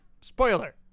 Spoiler